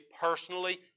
personally